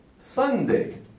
Sunday